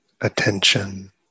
attention